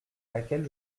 laquelle